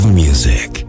music